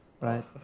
Right